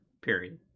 Period